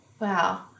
Wow